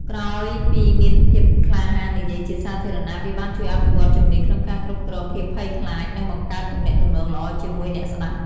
ក្រោយពីមានភាពក្លាហាននិយាយជាសាធារណៈ វាបានជួយអភិវឌ្ឍជំនាញក្នុងការគ្រប់គ្រងភាពភ័យខ្លាច និងបង្កើតទំនាក់ទំនងល្អជាមួយអ្នកស្តាប់។